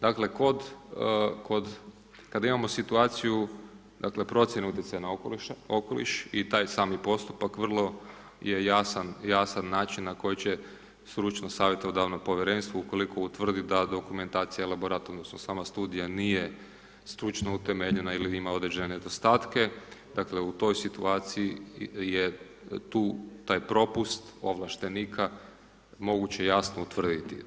Dakle, kada imamo situaciju procjene utjecaja na okoliš i taj sami postupak vrlo je jasan način na koji će stručno savjetodavno povjerenstvo ukoliko utvrdi da dokumentacija, elaborat odnosno sama studija nije stručno utemeljena ili ima određene nedostatke, dakle u toj situaciji je tu taj propust ovlaštenika moguće jasno utvrditi.